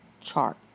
chart